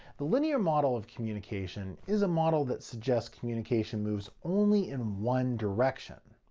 the linear model of communication is a model that suggests communication moves only in one direction.